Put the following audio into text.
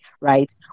right